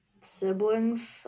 siblings